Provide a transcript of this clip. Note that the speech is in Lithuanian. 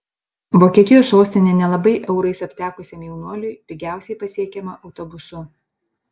vokietijos sostinė nelabai eurais aptekusiam jaunuoliui pigiausiai pasiekiama autobusu